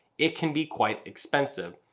it can be quite expensive.